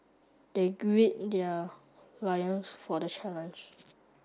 they grid their lions for the challenge